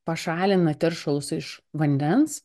pašalina teršalus iš vandens